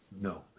No